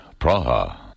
Praha